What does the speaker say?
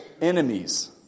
enemies